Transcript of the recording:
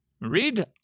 Read